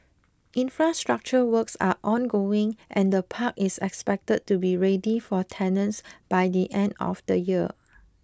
infrastructure works are ongoing and the park is expected to be ready for tenants by the end of the year